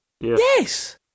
Yes